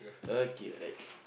okay right